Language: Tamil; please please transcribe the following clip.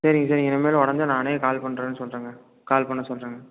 சரிங்க சரிங்க இனிமேல் உடைஞ்சா நானே கால் பண்ணுறேன்னு சொல்கிறேங்க கால் பண்ண சொல்கிறேங்க